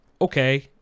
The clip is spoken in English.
okay